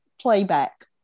playback